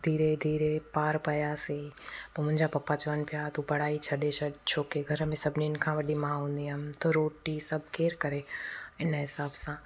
धीरे धीरे पार पियासीं पोइ मुंहिंजा पप्पा चवनि पिया तूं पढ़ाई छॾे छॾ छो की घर में सभिनिनि खां वॾी मां हूंदी हुअमि त रोटी सभु केर करे हिन हिसाबु सां